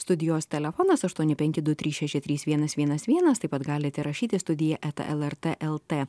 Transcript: studijos telefonas aštuoni penki du trys šeši trys vienas vienas vienas taip pat galite rašyti studija eta lrt lt